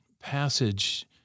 passage